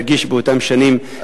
הרגיש באותן שנים,